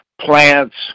plants